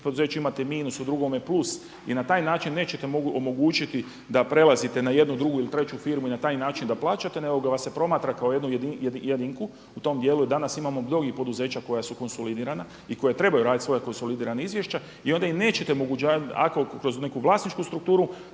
poduzeću imate minus, u drugome plus i na taj način nećete omogućiti da prelazite na jednu, drugu ili treću firmu i na taj način da plaćate nego ga se promatra kao jednu jedinku. U tom dijelu danas imamo mnogih poduzeća koja su konsolidirana i koja trebaju raditi svoja konsolidirana izvješća i onda im nećete omogućavati ako kroz neku vlasničku strukturu